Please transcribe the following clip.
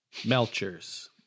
Melchers